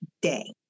day